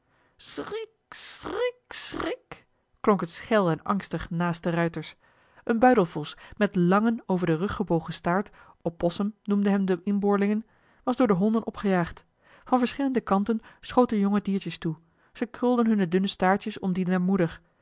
klonk het schel en angstig naast de ruiters een buidelvos met langen over den rug gebogen staart opossum noemen hem de inboorlingen was door de honden opgejaagd van verschillende kanten schoten jonge diertjes toe ze krulden hunne dunne staartjes om dien der moeder